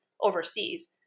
overseas